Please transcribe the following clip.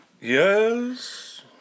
Yes